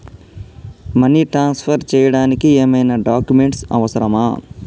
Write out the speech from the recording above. Money transfer చేయడానికి ఏమైనా documents అవసరమా?